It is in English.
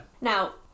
Now